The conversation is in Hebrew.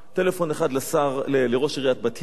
טלפון אחד לראש עיריית בת-ים,